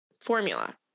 formula